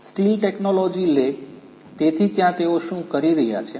steel technology lab તેથી ત્યાં તેઓ શું કરી રહ્યા છે